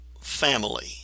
family